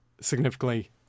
significantly